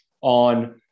on